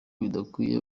bidakwiye